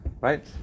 right